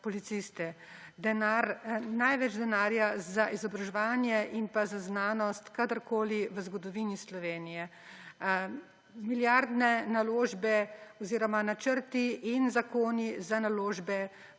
policiste, največ denarja za izobraževanje in za znanost kot kadarkoli v zgodovini Slovenije, milijardne naložbe oziroma načrti in zakoni za naložbe